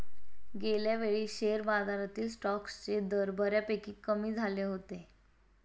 गेल्यावेळी शेअर बाजारातील स्टॉक्सचे दर बऱ्यापैकी कमी झाले होते